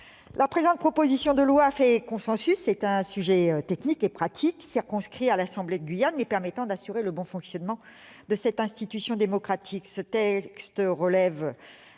la présente proposition de loi fait consensus : c'est un sujet technique et pratique, circonscrit à l'assemblée de Guyane, mais permettant d'assurer le bon fonctionnement de cette institution démocratique. Ce texte relève